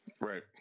Right